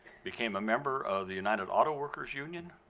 became a member of united auto workers union,